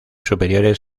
superiores